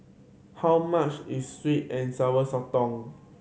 how much is sweet and Sour Sotong